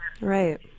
right